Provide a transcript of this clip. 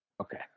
Okay